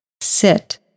Sit